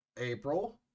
april